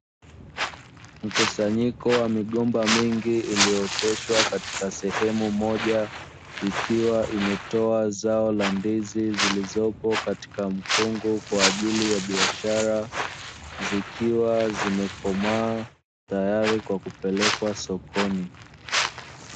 Mkusanyiko wa migomba mingi iliyooteshwa katika sehemu moja, ikiwa imetoa zao la ndizi zilizopo katika mkungu kwaaajili ya biashara, zikiwa zimekomaa tayari kwa kupelekwa sokoni.